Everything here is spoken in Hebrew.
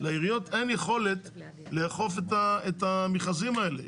לעיריות אין יכולת לאכוף את המכרזים האלה.